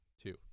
Two